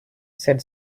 said